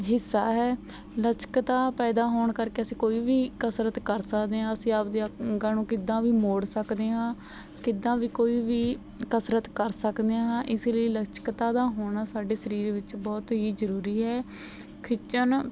ਹਿੱਸਾ ਹੈ ਲਚਕਤਾ ਪੈਦਾ ਹੋਣ ਕਰਕੇ ਅਸੀਂ ਕੋਈ ਵੀ ਕਸਰਤ ਕਰ ਸਕਦੇ ਹਾਂ ਅਸੀਂ ਆਪਦੇ ਅੰਗਾਂ ਨੂੰ ਕਿੱਦਾਂ ਵੀ ਮੋੜ ਸਕਦੇ ਹਾਂ ਕਿੱਦਾਂ ਵੀ ਕੋਈ ਵੀ ਕਸਰਤ ਕਰ ਸਕਦੇ ਹਾਂ ਇਸ ਲਈ ਲਚਕਤਾ ਦਾ ਹੋਣਾ ਸਾਡੇ ਸਰੀਰ ਵਿੱਚ ਬਹੁਤ ਹੀ ਜ਼ਰੂਰੀ ਹੈ ਖਿੱਚਣ